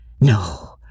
No